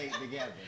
together